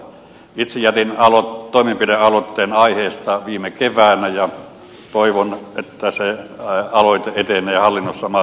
itse jätin toimenpidealoitteen aiheesta viime keväänä ja toivon että se aloite etenee hallinnossa mahdollisimman nopeasti eteenpäin